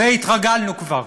לזה התרגלנו כבר.